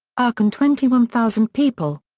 aachen twenty one thousand people.